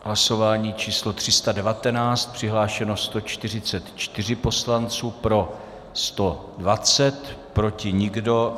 V hlasování číslo 319 přihlášeno 144 poslanců, pro 120, proti nikdo.